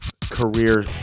career